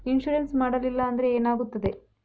Insurance ಮಾಡಲಿಲ್ಲ ಅಂದ್ರೆ ಏನಾಗುತ್ತದೆ?